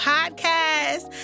Podcast